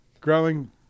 Growing